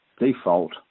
default